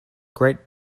great